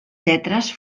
lletres